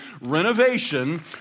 renovation